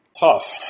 Tough